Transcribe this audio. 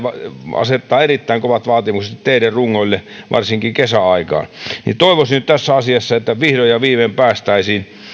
asettaa erittäin kovat vaatimukset teiden rungoille varsinkin kesäaikaan toivoisin että tässä asiassa vihdoin ja viimein päästäisiin